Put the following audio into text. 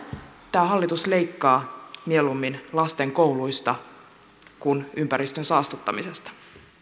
tämä hallitus leikkaa mieluummin lasten kouluista kuin ympäristön saastuttamisesta